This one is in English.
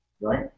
Right